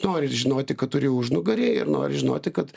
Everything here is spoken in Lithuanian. nori žinoti kad turi užnugarį ir nori žinoti kad